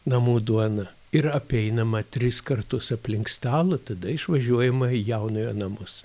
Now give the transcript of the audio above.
namų duona ir apeinama tris kartus aplink stalą tada išvažiuojama į jaunojo namus